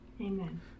Amen